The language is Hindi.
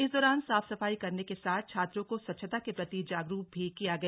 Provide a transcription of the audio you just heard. इस दौरान साफ सफाई करने के साथ छात्रों को स्वच्छता के प्रति जागरूक भी किया गया